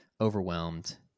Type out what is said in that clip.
overwhelmed